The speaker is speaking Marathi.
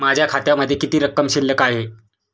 माझ्या खात्यामध्ये किती रक्कम शिल्लक आहे?